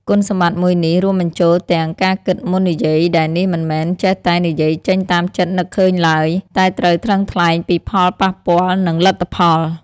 គុណសម្បត្តិមួយនេះ រួមបញ្ចូលទាំង ការគិតមុននិយាយដែលនេះមិនមែនចេះតែនិយាយចេញតាមចិត្តនឹកឃើញឡើយ តែត្រូវថ្លឹងថ្លែងពីផលប៉ះពាល់ និងលទ្ធផល។